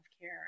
care